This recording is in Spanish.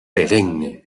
perenne